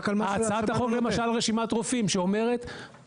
הצעת החוק למשל רשימת רופאים שאומרת,